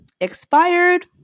expired